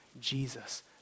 Jesus